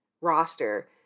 roster